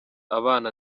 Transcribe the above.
abana